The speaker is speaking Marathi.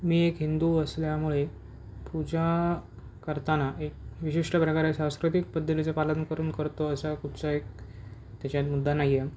मी एक हिंदू असल्यामुळे पूजा करताना एक विशिष्ट प्रकारे सांस्कृतिक पद्धतीचं पालन करून करतो असा कुठचा एक त्याच्यात मुद्दा नाही आहे